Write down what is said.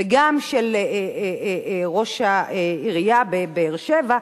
וגם של ראש עיריית באר-שבע,